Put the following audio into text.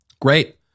Great